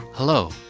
Hello